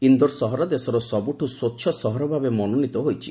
ଇନ୍ଦୋର ସହର ଦେଶର ସବୁଠୁ ସ୍ୱଚ୍ଚ ସହର ଭାବେ ମନୋନୀତ ହୋଇଛି